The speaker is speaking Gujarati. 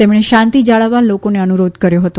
તેમણે શાંતી જાળવવા લોકોને અનુરોધ કર્યો હતો